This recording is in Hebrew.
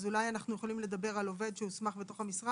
אז אולי אנחנו יכולים לדבר על עובד שהוסמך במשרד